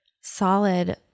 solid